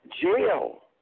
jail